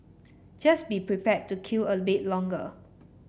just be prepared to queue a bit longer